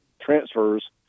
transfers